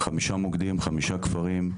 חמישה מוקדים, חמישה כפרים.